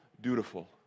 dutiful